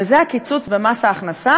וזה הקיצוץ במס ההכנסה,